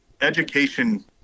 education